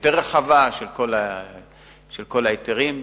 היותר רחבה, של כל ההיתרים.